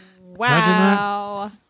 Wow